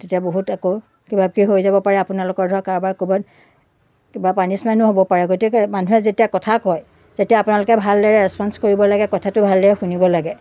তেতিয়া বহুত আকৌ কিবা কিবি হৈ যাব পাৰে আপোনালোকৰ ধৰক কাৰোবাৰ ক'ৰবাত কিবা পানিছমেনো হ'ব পাৰে গতিকে মানুহে যেতিয়া কথা কয় তেতিয়া আপোনালোকে ভালদৰে ৰেছপ'ঞ্চ কৰিব লাগে কথাটো ভালদৰে শুনিব লাগে